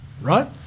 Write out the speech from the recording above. right